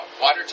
water